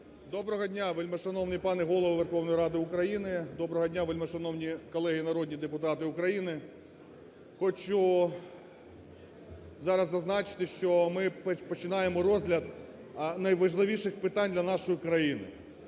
Доброго дня, вельмишановний пане Голово Верховної Ради України! Доброго дня, вельмишановні колеги народні депутати України! Хочу зараз зазначити, що ми починаємо розгляд найважливіших питань для нашої країни.